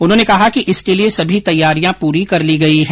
उन्होंने कहा कि इसके लिये सभी तैयारियां पूरी कर ली गई है